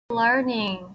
learning